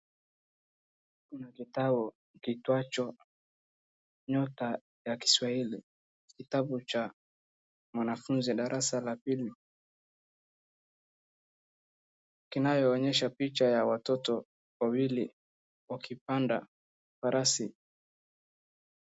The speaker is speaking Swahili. Kitabu kiichwato 'Nyota ya kiswahili'.Kitabu ni cha mwanafunzi wa darasa la pili kinayoonyesha picha ya watoto wawili wakipanda farasi.